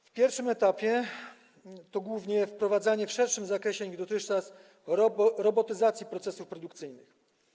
Na pierwszym etapie to głównie wprowadzanie w szerszym zakresie niż dotychczas robotyzacji procesów produkcyjnych.